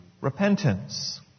repentance